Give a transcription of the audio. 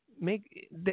make